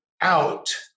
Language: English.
out